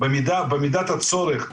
במידת הצורך,